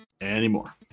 anymore